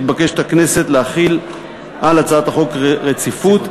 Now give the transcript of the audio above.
מתבקשת הכנסת להחיל על הצעת החוק רציפות.